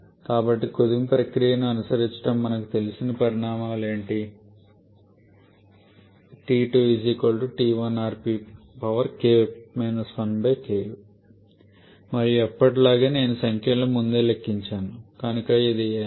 కాబట్టి కుదింపు ప్రక్రియను అనుసరించడం మనకు తెలిసిన పరిమాణాలు ఏమిటి మరియు ఎప్పటిలాగే నేను సంఖ్యలను ముందే లెక్కించాను కనుక ఇది 543